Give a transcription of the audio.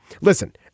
Listen